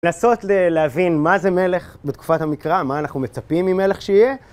לנסות להבין מה זה מלך בתקופת המקרא, מה אנחנו מצפים ממלך שיהיה...